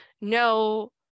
No